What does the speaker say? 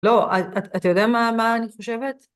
לא, אתה יודע מה אני חושבת?